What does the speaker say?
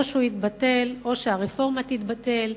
או שהוא יתבטל או שהרפורמה תתבטל.